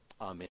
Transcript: amen